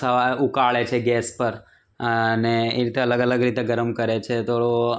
સવારે ઊકાળે છે ગેસ પર અને એ રીતે અલગ અલગ રીતે ગરમ કરે છે તો